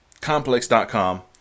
complex.com